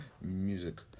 music